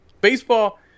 baseball –